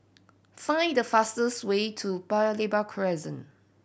find the fastest way to Paya Lebar Crescent